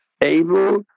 able